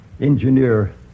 engineer